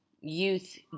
youth